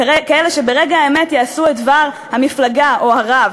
כאלה שברגע האמת יעשו את דבר המפלגה או הרב,